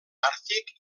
àrtic